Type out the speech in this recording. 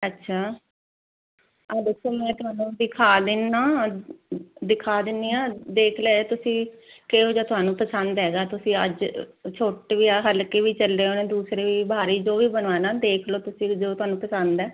ਅੱਛਾ ਆ ਦੇਖੋ ਮੈਂ ਥੋਨੂੰ ਦਿਖਾ ਦਿੰਨਾ ਦਿਖਾ ਦਿੰਨੀ ਆ ਦੇਖ ਲੈ ਤੁਸੀਂ ਕਿਹੋ ਜਿਹਾ ਤੁਹਾਨੂੰ ਪਸੰਦ ਹੈਗਾ ਤੁਸੀਂ ਅੱਜ ਚੱਲੇ ਜੋ ਵੀ ਬਣਵਾਣਾ ਦੇਖ ਲਓ ਤੁਸੀਂ ਜੋ ਤੁਹਾਨੂੰ ਪਸੰਦ ਹੈ